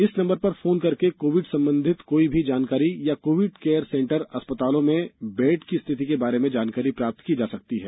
इस नम्बर पर फोन करके कोविड संबंधित कोई जानकारी या कोविड केयर सेंटर अस्पतालों में बेड के बारे में जानकारी प्राप्त की जा सकती है